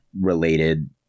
related